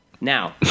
Now